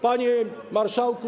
Panie Marszałku!